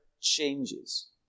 changes